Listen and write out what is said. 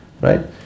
Right